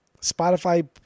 Spotify